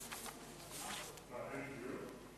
אין דיון?